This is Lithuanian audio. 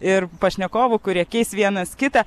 ir pašnekovų kurie keis vienas kitą